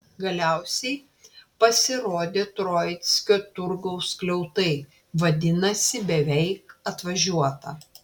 galiausiai pasirodė troickio turgaus skliautai vadinasi beveik atvažiuota